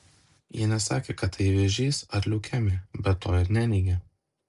jie nesakė kad tai vėžys ar leukemija bet to ir neneigė